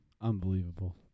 Unbelievable